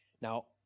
Now